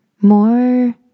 more